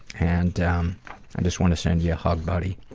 and um i just wanna send you a hug, buddy.